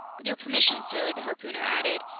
with your permission, sir, the harpooner added,